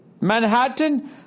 manhattan